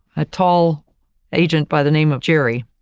a tall agent by the name of jerry,